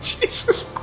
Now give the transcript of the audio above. Jesus